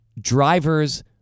drivers